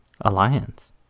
Alliance